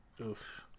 Oof